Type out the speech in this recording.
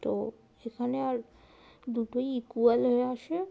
তো এখানে আর দুটোই ইকুয়াল হয়ে আসে